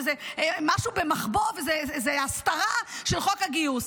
משהו במחבוא וזה הסתרה של חוק הגיוס.